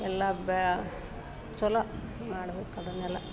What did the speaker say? ಎಲ್ಲ ಬ್ಯಾ ಚಲೋ ಮಾಡ್ಬೇಕು ಅದನ್ನೆಲ್ಲ